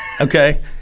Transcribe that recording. Okay